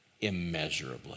immeasurably